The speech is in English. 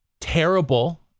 terrible